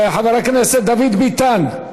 חבר הכנסת דוד ביטן,